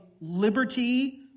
liberty